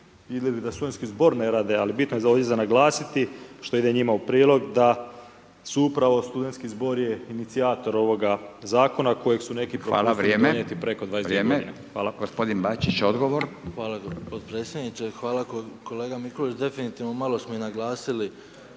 da Studentski zbor ne radi. Ali bitno je ovdje za naglasiti što ide njima u prilog da su upravo Studentski zbor je inicijator ovoga zakona kojeg su neki propustili donijeti preko 22 godine. Hvala. **Radin, Furio (Nezavisni)** Hvala. Vrijeme. Gospodin Bačić odgovor. **Bačić, Ante (HDZ)** Hvala potpredsjedniče. Hvala kolega Mikulić. Definitivno malo smo i naglasili